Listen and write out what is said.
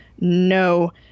No